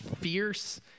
fierce